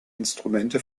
instrumente